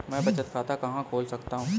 मैं बचत खाता कहाँ खोल सकता हूँ?